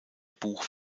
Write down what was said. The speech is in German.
buch